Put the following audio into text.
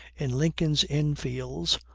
in lincoln's-inn-fields,